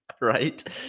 Right